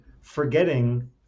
forgetting